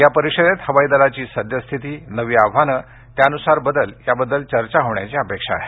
या परिषदेत हवाई दलाची सद्यस्थिती नवी आव्हानं त्या अनुसार बदल याबद्दल चर्चा होण्याची अपेक्षा आहे